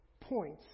points